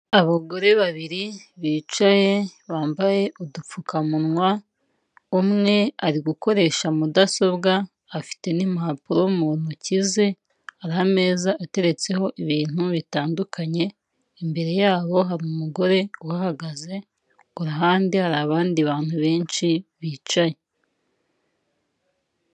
Abagore babiri bicaye bambaye udupfukamunwa umwe ari gukoresha mudasobwa afite n'impapuro mu ntoki ze, hari ameza ateretseho ibintu bitandukanye, imbere yaho hari umugore uhahagaze ku ruhande hari abandi bantu benshi bicaye.